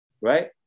right